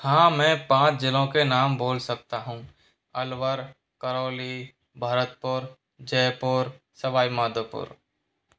हाँ मैं पाँच जिलों के नाम बोल सकता हूँ अलवर करौली भरतपुर जयपुर सवाई माधोपुर